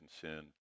sin